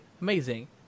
amazing